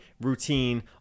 routine